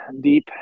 deep